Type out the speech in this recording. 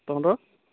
তহঁতৰ